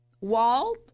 wall